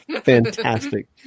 fantastic